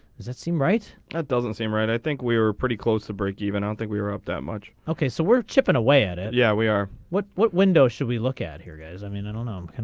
that seem right that doesn't seem right i think we were pretty close to breakeven i um think we are up that much okay so we're chipping away at it yeah we are what what window should we look at here guys i mean i don't know and